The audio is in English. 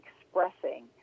expressing